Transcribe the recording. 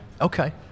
Okay